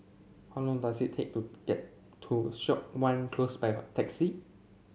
how long does it take to get to Siok Wan Close by taxi